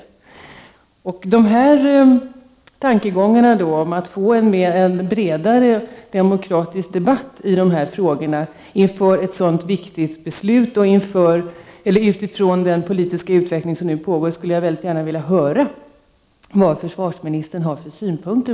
Jag skulle vilja höra vad försvarsministern har för synpunkter på dessa tankegångar om att få en bredare demokratisk debatt i dessa frågor inför ett sådant viktigt beslut och inför den politiska utveckling som nu pågår.